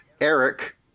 Eric